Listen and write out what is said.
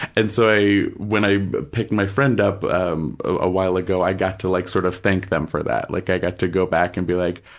and so i, when i picked my friend up um a while ago, i got to like sort of thank them for that. like, i got to go back and be like,